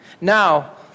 Now